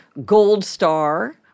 goldstar